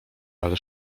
ale